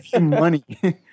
money